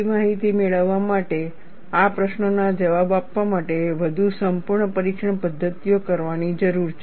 આવી માહિતી મેળવવા માટે આ પ્રશ્નોના જવાબ આપવા માટે વધુ સંપૂર્ણ પરીક્ષણ પદ્ધતિઓ કરવાની જરૂર છે